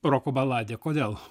roko baladę kodėl